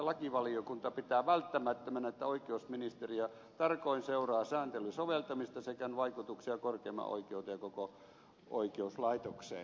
lakivaliokunta pitää välttämättömänä että oikeusministeriö tarkoin seuraa sääntelyn soveltamista sekä sen vaikutuksia korkeimpaan oikeuteen ja koko oikeuslaitokseen